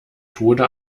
tode